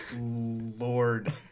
lord